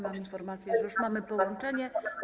Mam informację, że już mamy połączenie.